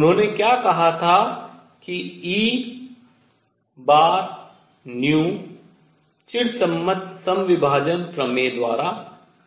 उन्होंने क्या कहा था कि E चिरसम्मत समविभाजन प्रमेय द्वारा